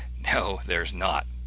no there's not,